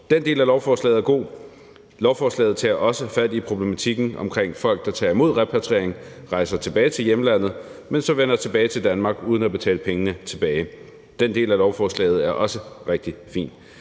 Den del af lovforslaget er god. Lovforslaget tager også fat i problematikken om folk, der tager imod repatriering og rejser tilbage til hjemlandet, men som vender tilbage til Danmark uden at betale pengene tilbage. Den del af lovforslaget er også rigtig fin.